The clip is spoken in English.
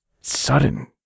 sudden